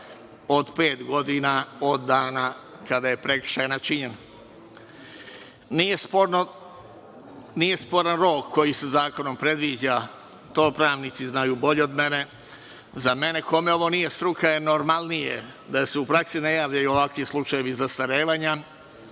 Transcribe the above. od pet godina od dana kada je prekršaj načinjen. Nije sporan rok koji se zakonom predviđa i to pravnici znaju bolje od mene. Za mene, kome ovo nije struka, je normalnije da se u praksi ne javljaju ovakvi slučajevi zastarevanja,